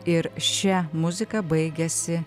ir šia muzika baigiasi